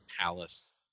palace